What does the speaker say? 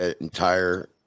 entire